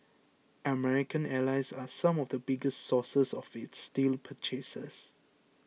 American allies are some of the biggest sources of its steel purchases